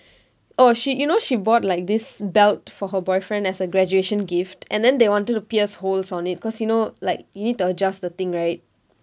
oh she you know she bought like this belt for her boyfriend as a graduation gift and then they wanted to pierce holes on it cause you know like you need to adjust the thing right